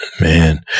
Man